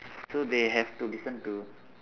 so they have to listen to